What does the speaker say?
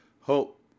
hope